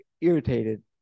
irritated